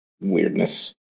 weirdness